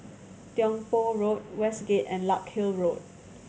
Tiong Poh Road Westgate and Larkhill Road